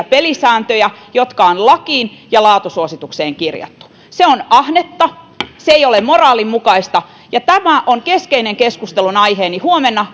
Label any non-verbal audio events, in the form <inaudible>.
<unintelligible> pelisääntöjä jotka on lakiin ja laatusuositukseen kirjattu se on ahnetta se ei ole moraalin mukaista ja tämä on keskeinen keskustelunaiheeni huomenna <unintelligible>